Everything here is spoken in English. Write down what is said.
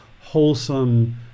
wholesome